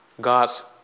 God's